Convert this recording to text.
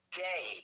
day